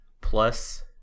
plus